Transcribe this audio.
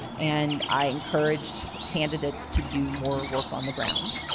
ah and i encouraged candidates to do more work on the ground.